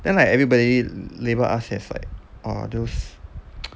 then like everybody label us as like !wah! those